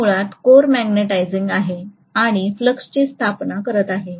हे मुळात core magnetising आहे आणि फ्लक्सची स्थापना करत आहे